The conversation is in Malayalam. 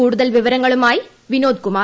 കൂടുതൽ വിവരങ്ങളുമായി വിനോദ്കുമാർ